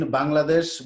Bangladesh